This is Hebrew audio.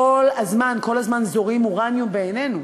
כל הזמן, כל הזמן זורים אורניום בעינינו.